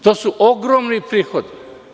To su ogromni prihodi.